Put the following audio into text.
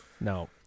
no